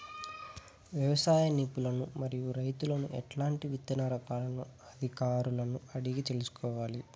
వ్యవసాయ నిపుణులను మరియు రైతులను ఎట్లాంటి విత్తన రకాలను అధికారులను అడిగి తెలుసుకొంటారు?